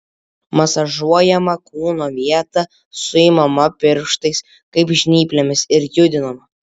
masažuojama kūno vieta suimama pirštais kaip žnyplėmis ir judinama